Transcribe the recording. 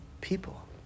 people